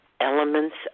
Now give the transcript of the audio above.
elements